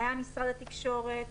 היה משרד התקשורת.